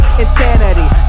insanity